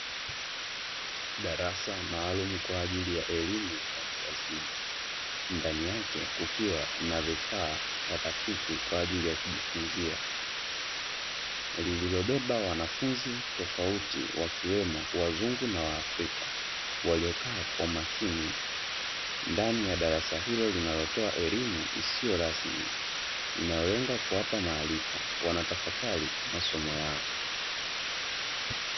Darasa maalumu kwaajili ya elimu ya watu wazima, ndani yake kukiwa na vifaa rafiki kwaajili ya kujifunzia lillilobeba wanafunzi tofauti wakiwemo wazungu na waafrika, waliokaa kwa makini ndani ya darasa hilo linalotowa elimu isiyo rasmi inayolenga kuwapa maarifa wanatafakari masomo yao.